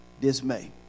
dismay